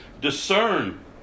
Discern